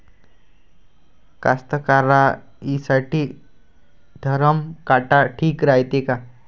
कास्तकाराइसाठी धरम काटा ठीक रायते का?